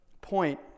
Point